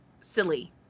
silly